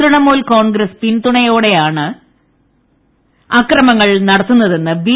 തൃണമൂൽ കോൺഗ്രസ് പിന്തുണയോടെയാണ് അക്രമങ്ങൾ നടത്തുന്നതെന്ന് ബി